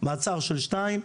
מעצר של שניים,